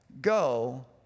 Go